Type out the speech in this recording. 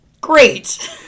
Great